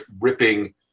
ripping